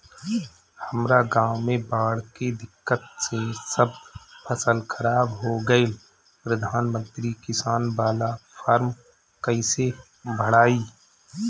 हमरा गांव मे बॉढ़ के दिक्कत से सब फसल खराब हो गईल प्रधानमंत्री किसान बाला फर्म कैसे भड़ाई?